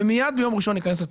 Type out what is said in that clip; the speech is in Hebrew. ומיד ביום ראשון ייכנס לתוקף.